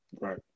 Right